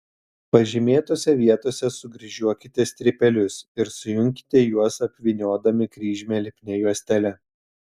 pažymėtose vietose sukryžiuokite strypelius ir sujunkite juos apvyniodami kryžmę lipnia juostele